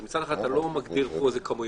אז מצד אחד אתה לא מגדיר פה כמויות,